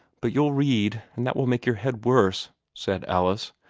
but you'll read and that will make your head worse, said alice.